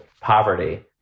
poverty